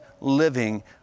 living